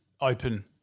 open